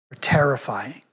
terrifying